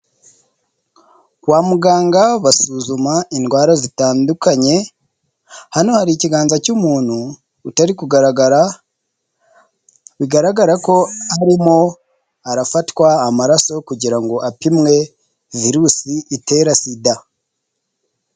Kwa muganga basuzuma indwara zitandukanye, hano hari ikiganza cy'umuntu, utari kugaragara bigaragara ko arimo arafatwa amaraso, kugira ngo apimwe virusi itera sida.